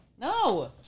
No